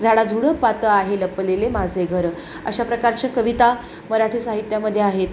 झाडाझुडपांत आहे लपलेले माझे घर अशा प्रकारच्या कविता मराठी साहित्यामध्ये आहेत